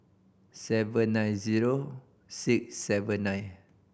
seven nine zero six seven nine